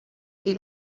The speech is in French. est